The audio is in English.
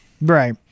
Right